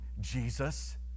Jesus